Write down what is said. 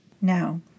Now